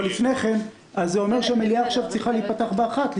אבל לפני כן זה אומר שהמליאה צריכה להיפתח ב-13:00.